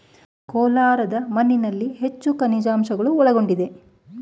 ಕೋಲಾರದ ಮಣ್ಣಿನಲ್ಲಿ ಹೆಚ್ಚು ಖನಿಜಾಂಶಗಳು ಒಳಗೊಂಡಿದೆ